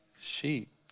sheep